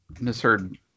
misheard